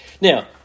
Now